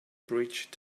bridge